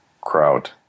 crowd